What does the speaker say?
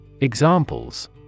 Examples